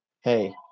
Hey